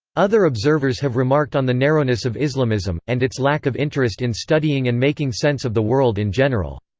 other observers have remarked on the narrowness of islamism, and its lack of interest in studying and making sense of the world in general.